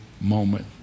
moment